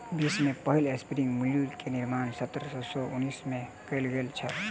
विश्व में पहिल स्पिनिंग म्यूल के निर्माण सत्रह सौ उनासी में कयल गेल छल